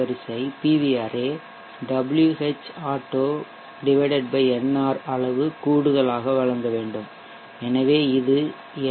வரிசை Whauto nr அளவு கூடுதலாக வழங்க வேண்டும் எனவே இது என்